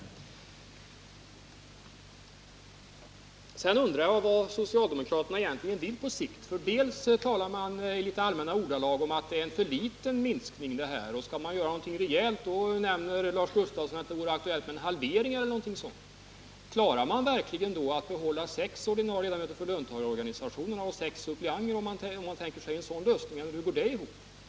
Vidare undrar jag vad socialdemokraterna egentligen vill på sikt. De talar i allmänna ordalag om att det här är en för liten minskning av representationen och att de vill göra något rejält. Lars Gustafsson nämner att det vore aktuellt med en halvering eller någonting dylikt. Men om man tänker sig en sådan lösning, klarar man då verkligen att behålla sex ordinarie ledamöter för löntagarorganisationerna och sex suppleanter? Hur går det ihop?